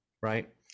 Right